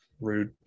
rude